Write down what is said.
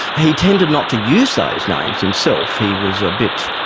he tended not to use those names himself, he was a bit,